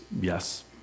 Yes